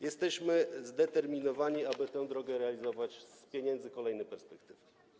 Jesteśmy zdeterminowani, aby tę drogę zrealizować z pieniędzy z kolejnej perspektywy.